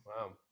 wow